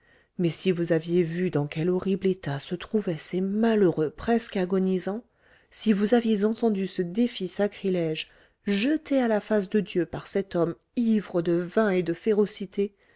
mais si vous aviez vu dans quel horrible état se trouvaient ces malheureux presque agonisants si vous aviez entendu ce défi sacrilège jeté à la face de dieu par cet homme ivre de vin et de férocité